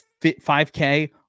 5K